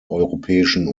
europäischen